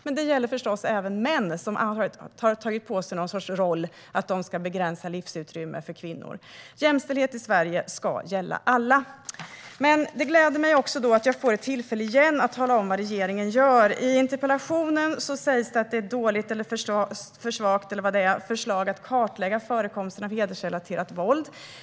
Förstås gäller detta även män som har tagit på sig någon sorts roll där de begränsar livsutrymmet för kvinnor. Jämställdhet i Sverige ska gälla alla. Det gläder mig också att jag åter får tillfälle att tala om vad regeringen gör. I interpellationen sägs att förslaget att kartlägga förekomsten av hedersrelaterat våld är för dåligt eller för svagt.